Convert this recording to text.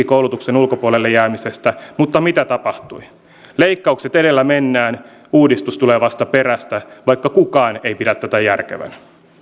koulutuksen ulkopuolelle jäämisestä mutta mitä tapahtui leikkaukset edellä mennään uudistus tulee vasta perästä vaikka kukaan ei pidä tätä järkevänä